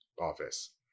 office